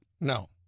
No